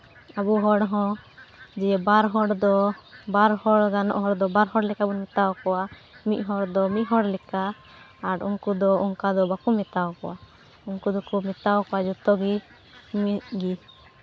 ᱟᱵᱚ ᱦᱚᱲ ᱦᱚᱸ ᱡᱮ ᱵᱟᱨ ᱦᱚᱲ ᱫᱚ ᱵᱟᱨ ᱦᱚᱲ ᱜᱟᱱᱚᱜ ᱦᱚᱲ ᱫᱚ ᱵᱟᱨ ᱦᱚᱲ ᱞᱮᱠᱟ ᱵᱚᱱ ᱢᱮᱛᱟᱣ ᱠᱚᱣᱟ ᱢᱤᱫ ᱦᱚᱲ ᱫᱚ ᱢᱤᱫ ᱦᱚᱲ ᱞᱮᱠᱟ ᱟᱨ ᱩᱱᱠᱩ ᱫᱚ ᱚᱱᱠᱟ ᱫᱚ ᱵᱟᱠᱚ ᱢᱮᱛᱟᱣ ᱠᱚᱣᱟ ᱩᱱᱠᱩ ᱫᱚᱠᱚ ᱢᱮᱛᱟᱣ ᱠᱚᱣᱟ ᱡᱚᱛᱚᱜᱮ ᱢᱤᱫ ᱜᱮ